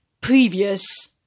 previous